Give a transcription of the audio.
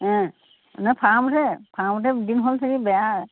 অঁ এনেই ফাৰ্মতহে ফাৰ্মতহে ডিম বেয়া